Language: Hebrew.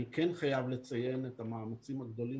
אני כן חייב לציין את המאמצים הגדולים